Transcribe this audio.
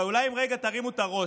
אבל אולי אם תרימו רגע את הראש